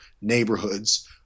neighborhoods